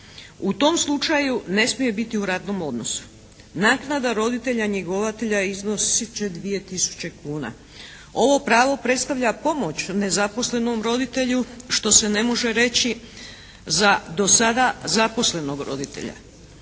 U tom slučaju ne smije biti u radnom odnosu. Naknada roditelja njegovatelja iznosit će 2 tisuće kuna. Ovo pravo predstavlja pomoć nezaposlenom roditelju što se ne može reći za do sada zaposlenog roditelja.